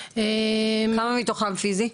כמה מתוכן פיזי?